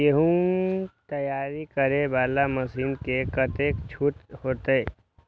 गेहूं तैयारी करे वाला मशीन में कतेक छूट होते?